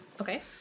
Okay